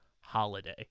holiday